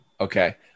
Okay